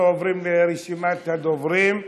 אנחנו עוברים לרשימת הדוברים.